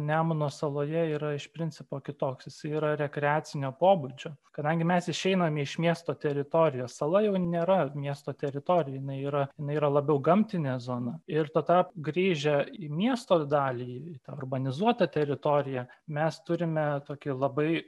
nemuno saloje yra iš principo kitoks jis yra rekreacinio pobūdžio kadangi mes išeiname iš miesto teritorijos sala jau nėra miesto teritorija jinai yra jinai yra labiau gamtinė zona ir tada grįžę į miesto dalį į tą urbanizuotą teritoriją mes turime tokį labai